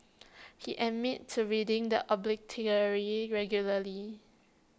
he admits to reading the obituary regularly